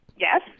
Yes